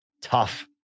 Tough